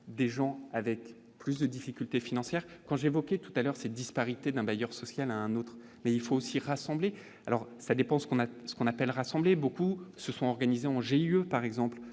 des gens avec plus de difficultés financières, quand j'ai évoqué tout à l'heure, ces disparités d'un bailleur social à un autre, mais il faut aussi rassembler alors ça dépend ce qu'on a ce qu'on appelle rassembler beaucoup se sont organisés en GIE, par exemple,